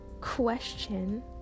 Question